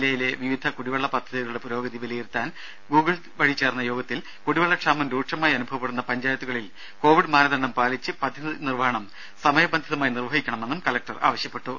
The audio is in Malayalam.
ജില്ലയിലെ വിവിധ കുടിവെള്ള പദ്ധതികളുടെ പുരോഗതി വിലയിരുത്താൻ ചേർന്ന ഗൂഗിൾ യോഗത്തിൽ കുടിവെള്ളക്ഷാമം രൂക്ഷമായി അനുഭവപ്പെടുന്ന പഞ്ചായത്തുകളിൽ കോവിഡ് മാനദണ്ഡം പാലിച്ച് പദ്ധതി നിർവഹണം സമയബന്ധിതമായി നിർവഹിക്കണമെന്നും കലക്ടർ ആവശ്യപ്പെട്ടു